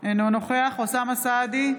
אינו נוכח אוסאמה סעדי,